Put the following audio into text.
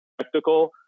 spectacle